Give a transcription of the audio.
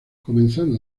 comenzando